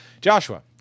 Joshua